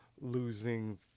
losing